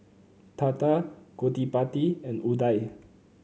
Tata Gottipati and Udai